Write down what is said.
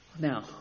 Now